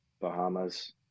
Bahamas